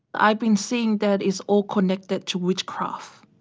i've been seeing that is all connected to witchcraft.